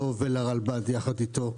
הצלחה לו ולרלב"ד יחד איתו.